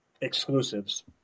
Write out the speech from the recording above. exclusives